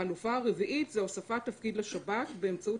החלופה הרביעית היא הוספת תפקיד לשב"כ באמצעות